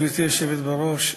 גברתי היושבת בראש,